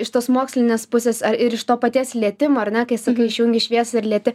iš tos mokslinės pusės ar ir iš to paties lietimo ar ne kai sakai išjungi šviesą ir lieti